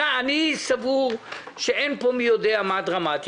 אני סבור שאין פה מי יודע מה דבר דרמטי,